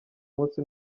munsi